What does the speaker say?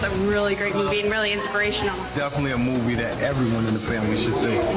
um really great movie and really inspirational. definitely a movie that everyone in the family should see.